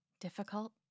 Difficult